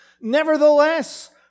Nevertheless